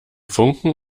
funken